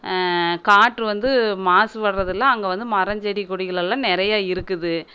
காற்று வந்து மாசுப்படுறதுல்ல அங்கே வந்து மரம் செடி கொடிகளெல்லாம் நிறைய இருக்குது